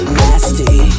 nasty